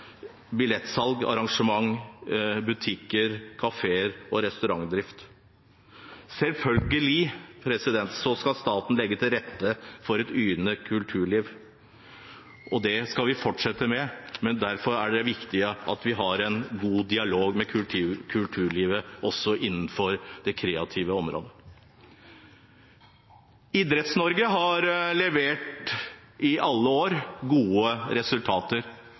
billettsalg, arrangement, butikker, kafeer og restaurantdrift. Selvfølgelig skal staten legge til rette for et yrende kulturliv, og det skal vi fortsette med, derfor er det viktig at vi har en god dialog med kulturlivet også innenfor det kreative området. Idretts-Norge har i alle år levert gode resultater,